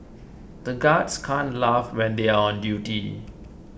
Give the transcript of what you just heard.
the guards can't laugh when they are on duty